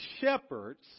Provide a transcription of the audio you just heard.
shepherds